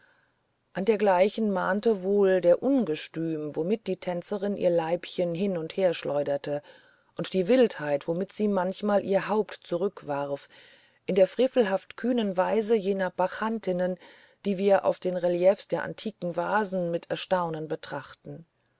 an dergleichen mahnte wohl der ungestüm womit die tänzerin ihr leibchen hin und her schleuderte und die wildheit womit sie manchmal ihr haupt rückwärtswarf in der frevelhaft kühnen weise jener bacchantinnen die wir auf den reliefs der antiken vasen mit erstaunen betrachten